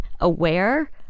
aware